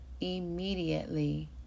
immediately